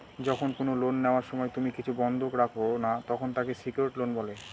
যখন কোনো লোন নেওয়ার সময় তুমি কিছু বন্ধক রাখো না, তখন তাকে সেক্যুরড লোন বলে